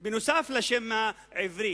נוסף על השם העברי.